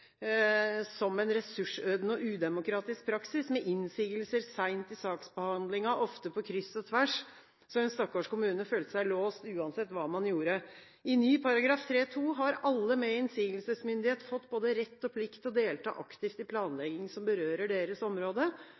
som en ressursødende og udemokratisk praksis, med innsigelser sent i saksbehandlingen – ofte på kryss og tvers – så en stakkars kommune kunne føle seg låst, uansett hva man gjorde. I ny § 3-2 har alle med innsigelsesmyndighet fått både rett og plikt til å delta aktivt i planlegging som berører deres område,